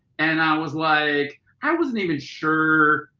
and i was like i wasn't even sure,